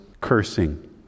cursing